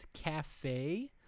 Cafe